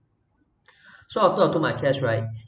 so after I took my cash right